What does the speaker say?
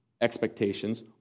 expectations